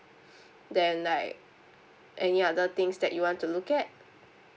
then like any other things that you want to look at